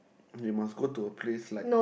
you must go to a place like